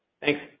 Thanks